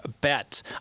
bet